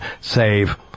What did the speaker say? save